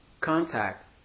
contact